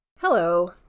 Hello